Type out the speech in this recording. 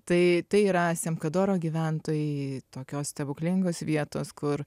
tai tai yra semkadoro gyventojai tokios stebuklingos vietos kur